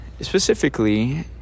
specifically